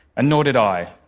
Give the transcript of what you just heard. and nor did i,